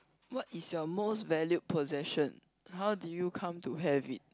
what is your most valued possession how did you come to have it